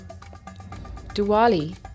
diwali